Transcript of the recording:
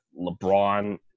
LeBron